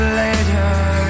later